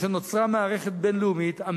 מפני שנוצרה מערכת בין-לאומית.